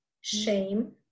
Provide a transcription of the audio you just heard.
shame